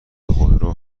خودرو